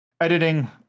editing